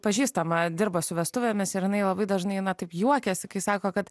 pažįstama dirba su vestuvėmis ir jinai labai dažnai na taip juokiasi kai sako kad